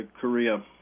Korea